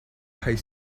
high